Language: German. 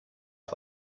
auf